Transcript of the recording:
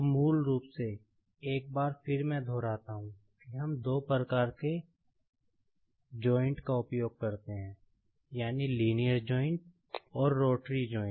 तो मूल रूप से एक बार फिर से मैं दोहराता हूं कि हम दो प्रकार के जॉइंट् का उपयोग करते हैं यानि लीनियर जॉइंट्